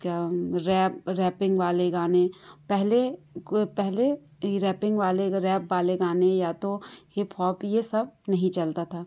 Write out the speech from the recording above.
क्या rap rapping वाले गाने पहले के पहले रैपिंग वाले अगर रैप वाले गाने या तो हिपहॉप ये सब नहीं चलता था